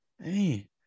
Hey